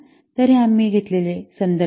तर हे आम्ही घेतलेले संदर्भ आहेत